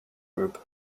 group